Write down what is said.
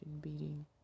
beating